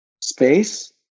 space